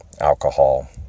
alcohol